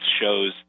shows